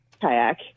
Kayak